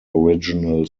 original